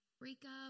breakup